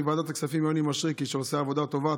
לחבר ועדת הכספים יוני מישרקי, שעושה עבודה טובה.